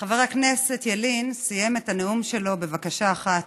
חבר הכנסת ילין סיים את הנאום שלו בבקשה אחת,